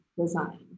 design